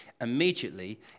immediately